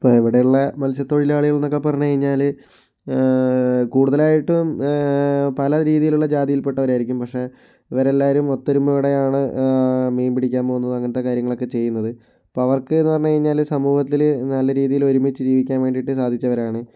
ഇപ്പോൾ ഇവിടെ ഉള്ള മത്സ്യത്തൊഴിലാളികൾ എന്നൊക്കെ പറഞ്ഞു കഴിഞ്ഞാൽ കൂടുതലായിട്ടും പല രീതിയിൽ ഉള്ള ജാതിയിൽ പെട്ടവരായിരിക്കും പക്ഷെ ഇവരെല്ലാവരും ഒത്തൊരുമയോടെയാണ് മീൻ പിടിക്കാൻ പോകുന്നത് അങ്ങനത്തെ കാര്യങ്ങളൊക്കെ ചെയ്യുന്നത് അപ്പോൾ അവർക്ക് എന്ന് പറഞ്ഞാൽ സമൂഹത്തിൽ നല്ല രീതിയിൽ ഒരുമിച്ച് ജീവിക്കാൻ വേണ്ടിയിട്ട് സാധിച്ചവരാണ്